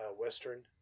Western